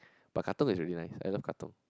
but Katong is really nice I love Katong